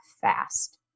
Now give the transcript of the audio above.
fast